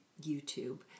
YouTube